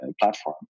platform